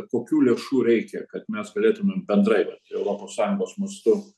kokių lėšų reikia kad mes galėtumėm bendrai europos sąjungos mastu